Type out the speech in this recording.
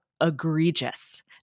egregious